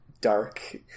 dark